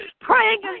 Praying